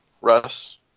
russ